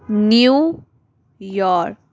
new York